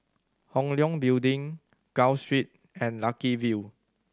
Hong Leong Building Gul Street and Lucky View